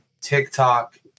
TikTok